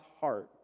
heart